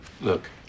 Look